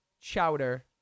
chowder